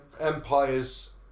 Empire's